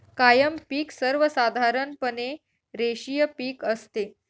कायम पिक सर्वसाधारणपणे रेषीय पिक असते